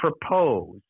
propose